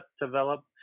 develop